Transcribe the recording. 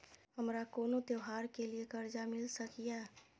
हमारा कोनो त्योहार के लिए कर्जा मिल सकीये?